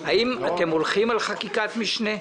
האם אתם הולכים על חקיקת משנה.